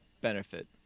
benefit